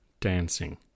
dancing